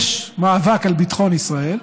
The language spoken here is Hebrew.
יש מאבק על ביטחון ישראל,